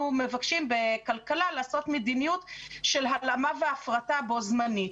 מבקרים בכלכלה לעשות מדיניות של הלאמה והפרטה בו-זמנית.